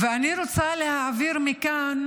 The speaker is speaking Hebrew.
אני רוצה להעביר מכאן